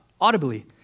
audibly